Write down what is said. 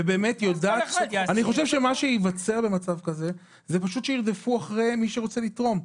מה שייווצר במצב כזה זה שירדפו אחרי מי שרוצה לתרום.